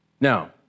Now